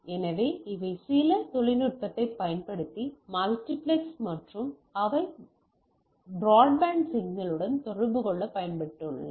எனவே அவை சில தொழில்நுட்பத்தைப் பயன்படுத்தி மல்டிப்ளெக்ஸ் மற்றும் அவை பிராட்பேண்ட் சிக்னலுடன் தொடர்பு கொள்ளப்பட்டுள்ளன